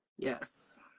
Yes